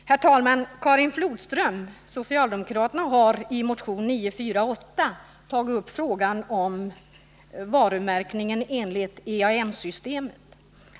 Herr talman! Karin Flodström, socialdemokraterna, har i motionen 948 tagit upp frågan om varumärkning enligt EAN-systemet.